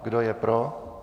Kdo je pro?